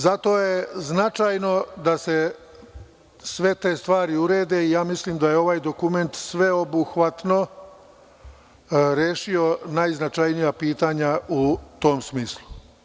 Zato je značajno da se sve te stvari urede i mislim da je ovaj dokument sveobuhvatno rešio najznačajnija pitanja u tom smislu.